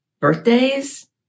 Birthdays